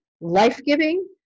life-giving